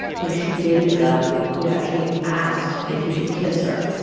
like, she dated a guy who'd actually asked if he could kiss her,